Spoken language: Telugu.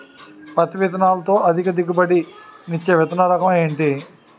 పత్తి విత్తనాలతో అధిక దిగుబడి నిచ్చే విత్తన రకం ఏంటి?